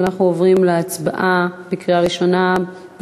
אנחנו עוברים להצבעה בקריאה ראשונה על